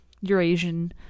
Eurasian